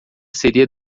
seria